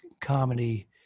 comedy